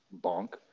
bonk